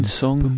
song